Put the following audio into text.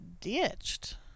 ditched